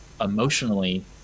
emotionally